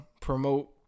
promote